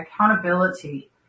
accountability